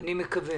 אני מקווה.